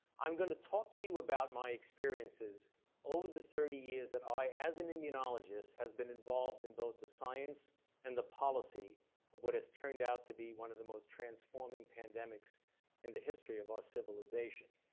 i'm going to talk to you about my experiences over the thirty years that i, as an immunologist, have been involved in both the science and the policy of what has turned out to be one of the most transforming pandemics in the history of our civilization.